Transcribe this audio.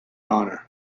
honor